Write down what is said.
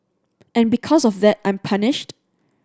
and because of that I'm punished